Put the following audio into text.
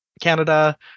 Canada